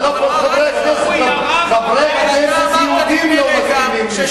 אבל לא כל חברי הכנסת היהודים מסכימים לזה,